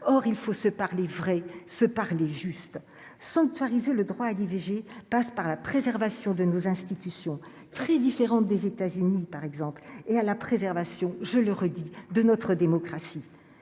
or il faut se parler vrai, se parler juste sanctuariser le droit à l'IVG passe par la préservation de nos institutions, très différente des États-Unis par exemple, et à la préservation, je le redis de notre démocratie,